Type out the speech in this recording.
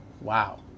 wow